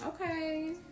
Okay